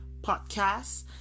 podcast